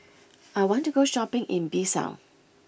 I want to go shopping in Bissau